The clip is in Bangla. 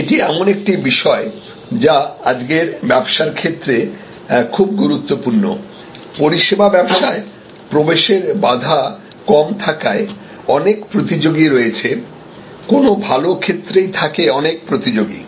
এটি এমন একটি বিষয় যা আজকের ব্যবসায়ের ক্ষেত্রে খুব গুরুত্বপূর্ণ পরিষেবা ব্যবসায় প্রবেশের বাধা কম থাকায় অনেক প্রতিযোগী রয়েছে কোনও ভাল ক্ষেত্রেই থাকে অনেক প্রতিযোগী